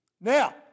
Now